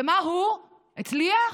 ומה הוא, הצליח?